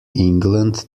england